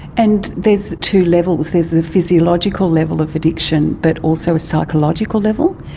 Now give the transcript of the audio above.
and there's two levels, there is a physiological level of addiction but also a psychological level.